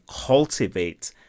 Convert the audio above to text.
cultivate